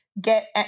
get